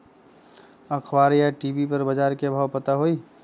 अखबार या टी.वी पर बजार के भाव पता होई?